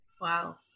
Wow